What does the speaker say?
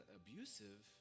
abusive